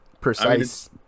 precise